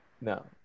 No